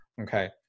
okay